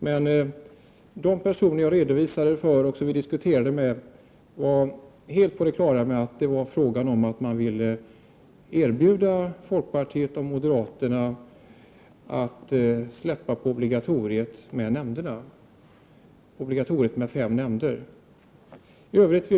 Men de personer som jag redovisade detta för och som vi diskuterade med var helt på det klara med att det var fråga om att man från centern ville erbjuda folkpartiet och moderaterna att släppa på obligatoriet med fem nämnder.